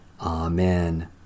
Amen